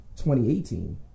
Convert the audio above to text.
2018